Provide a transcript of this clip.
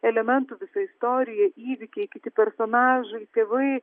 elementų visa istorija įvykiai kiti personažai tėvai